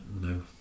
No